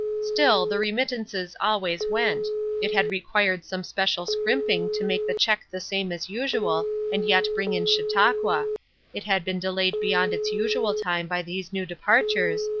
still, the remittances always went it had required some special scrimping to make the check the same as usual, and yet bring in chautauqua it had been delayed beyond its usual time by these new departures,